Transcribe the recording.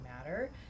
matter